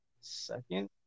second